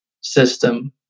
system